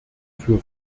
für